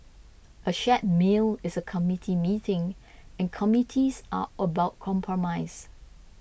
a shared meal is a committee meeting and committees are about compromise